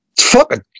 fuck